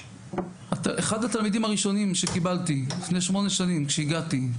אחד התלמידים הראשונים שקיבלתי לפני שמונה שנים כשהגעתי,